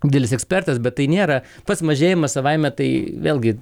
didelis ekspertas bet tai nėra pats mažėjimas savaime tai vėlgi